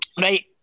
Right